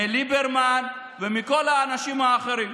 מליברמן ומכל האנשים האחרים.